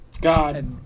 God